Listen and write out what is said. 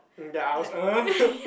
um ya I was uh